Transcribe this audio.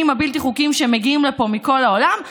הבלתי-חוקיים שמגיעים לפה מכל העולם,